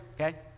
okay